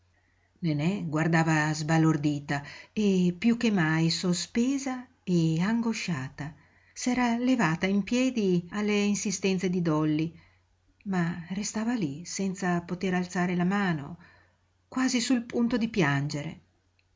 nenè guardava sbalordita e piú che mai sospesa e angosciata s'era levata in piedi alle insistenze di dolly ma restava lí senza poter alzare la mano quasi sul punto di piangere